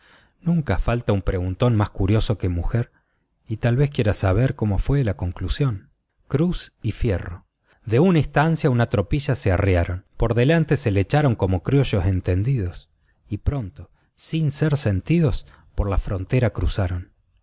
nunca falta un preguntón más curioso que mujer y tal vez quiera saber como jué la conclusión cruz y fierro de una estancia una tropilla se arriaron por delante se la echaron como criollos entendidos y pronto sin ser sentidos por la frontera cruzaron